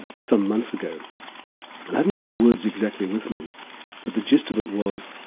some months ago. i haven't got the words exactly with me but the gist of it was,